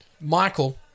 Michael